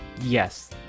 Yes